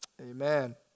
Amen